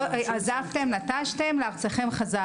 לא עזבתם, נטשתם ולארצכם חזרתם.